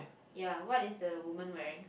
ya what is the woman wearing